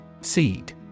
Seed